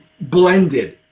blended